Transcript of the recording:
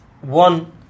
one